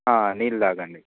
నీళ్ళు తాగండి